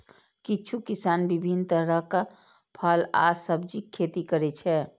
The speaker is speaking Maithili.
किछु किसान विभिन्न तरहक फल आ सब्जीक खेती करै छै